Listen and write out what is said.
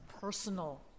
personal